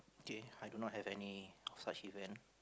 K I do not have any of such event